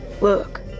Look